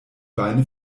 beine